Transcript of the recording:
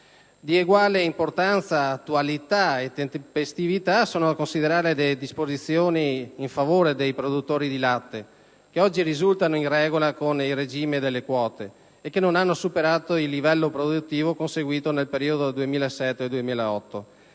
Di uguale importanza, attualità e tempestività sono da considerare le disposizioni in favore dei produttori di latte, che oggi risultano in regola con il regime delle quote e che non hanno superato il livello produttivo conseguito nel periodo 2007-2008.